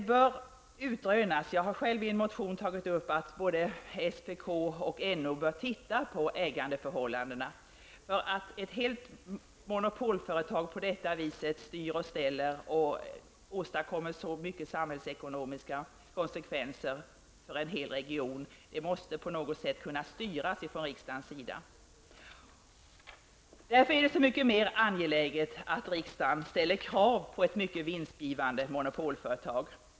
Själv har jag tagit upp i en motion att både SPK och NO bör titta på ägandeförhållandena. Att ett monopolföretag åstadkommer så mycket av samhällsekonomiska konsekvenser för en hel region måste på något sätt kunna styras från riksdagens sida. Därför är det så mycket mer angeläget att riksdagen ställer krav på ett mycket vinstgivande monopolföretag.